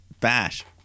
Bash